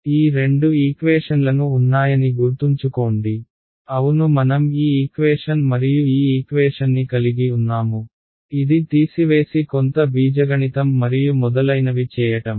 కాబట్టి ఈ రెండు ఈక్వేషన్లను ఉన్నాయని గుర్తుంచుకోండి అవును మనం ఈ ఈక్వేషన్ మరియు ఈ ఈక్వేషన్ని కలిగి ఉన్నాము ఇది తీసివేసి కొంత బీజగణితం మరియు మొదలైనవి చేయటం